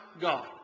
God